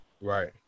Right